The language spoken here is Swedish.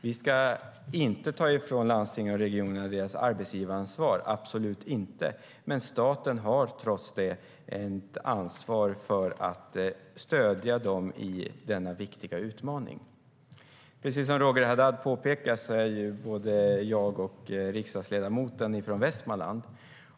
Vi ska inte ta ifrån landstingen och regionerna deras arbetsgivaransvar, absolut inte, men staten har ett ansvar att stödja dem i denna viktiga utmaning. Som Roger Haddad påpekar är både jag och riksdagsledamoten från Västmanland.